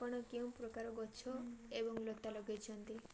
ଆପଣ କେଉଁ ପ୍ରକାର ଗଛ ଏବଂ ଲତା ଲଗେଇଛନ୍ତି